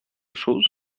chose